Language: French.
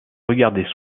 regarder